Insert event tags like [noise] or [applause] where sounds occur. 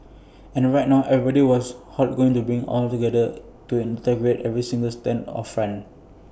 and right now everybody was [unintelligible] to bring IT all together to integrate every single stand of friend